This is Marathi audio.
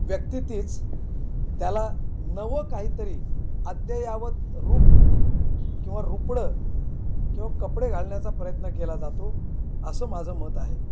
व्यक्ती तीच त्याला नवं काहीतरी अद्ययावत रूप किंवा रुपडं किंवा कपडे घालण्याचा प्रयत्न केला जातो असं माझं मत आहे